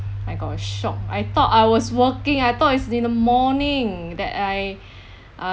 I got a shock I thought I was working I thought is in the morning that I uh